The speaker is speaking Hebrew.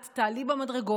את תעלי במדרגות